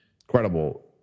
incredible